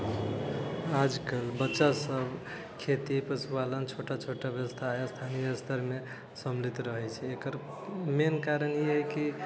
आज कल बच्चा सब खेती पशुपालन छोटा छोटा व्यवसाय स्थानीय स्तर मे सम्मिलित रहै छै एकर मेन कारण ई है की